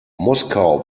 moskau